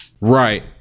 Right